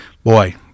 Boy